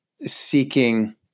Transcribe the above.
seeking